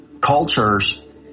cultures